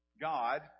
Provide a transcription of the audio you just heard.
God